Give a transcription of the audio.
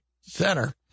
Center